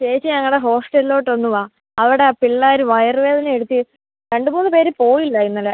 ചേച്ചി ഞങ്ങളുടെ ഹോസ്റ്റലിലോട്ടൊന്ന് വാ അവിടെ ആ പിള്ളേർ വയറുവേദന എടുത്ത് രണ്ട് മൂന്ന് പേര് പോയില്ല ഇന്നലെ